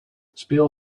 speel